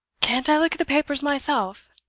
can't i look at the papers myself?